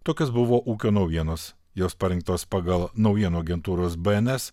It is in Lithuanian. tokios buvo ūkio naujienos jos parinktos pagal naujienų agentūros bns